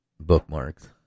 bookmarks